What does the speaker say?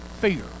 fear